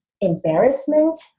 embarrassment